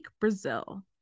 Brazil